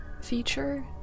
feature